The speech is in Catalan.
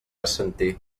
assentir